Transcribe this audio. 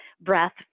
breath